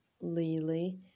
Lily